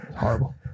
horrible